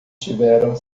tiveram